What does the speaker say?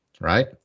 right